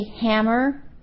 hammer